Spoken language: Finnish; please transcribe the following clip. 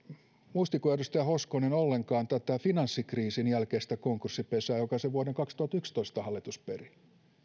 muistiko edustaja hoskonen ollenkaan tätä finanssikriisin jälkeistä konkurssipesää jonka vuoden kaksituhattayksitoista hallitus peri